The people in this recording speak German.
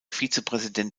vizepräsident